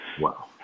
wow